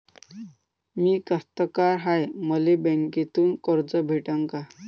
मी कास्तकार हाय, मले बँकेतून कर्ज भेटन का?